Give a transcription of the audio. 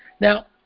Now